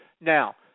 Now